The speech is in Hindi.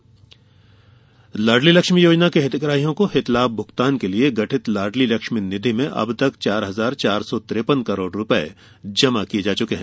लाड़ली लक्ष्मी लाड़ली लक्ष्मी योजना के हितग्राहियों को हितलाभ भुगतान के लिए गठित लाड़ली लक्ष्मी निधि में अब तक चार हजार चार सौ तिरेपन करोड़ रूपये जमा किये जा चुके हैं